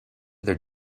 their